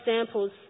examples